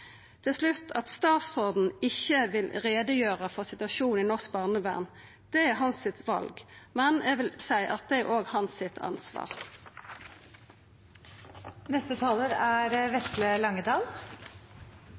Til slutt: At statsråden ikkje vil gjera greie for situasjonen i norsk barnevern, er valet hans. Men eg vil seia at det òg er